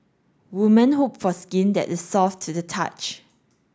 women hope for skin that is soft to the touch